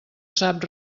sap